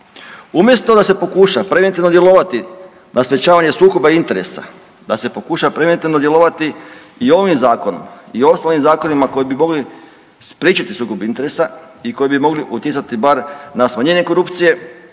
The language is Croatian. Umjesto da se pokuša preventivno djelovati na sprječavanje sukoba interesa, da se pokuša preventivno djelovati i ovim zakonom i ostalim zakonima koji bi mogli spriječiti sukob interesa i koji bi mogli utjecati bar na smanjenje korupcije